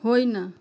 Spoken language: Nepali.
होइन